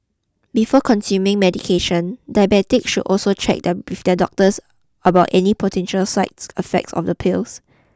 before consuming medication diabetics should check doctors about any potential sides effects of the pills